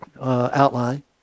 outline